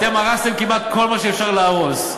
אתם הרסתם כמעט כל מה שאפשר להרוס.